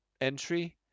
entry